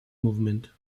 movement